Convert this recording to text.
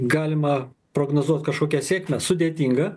galima prognozuot kažkokią sėkmę sudėtinga